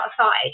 outside